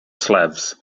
slavs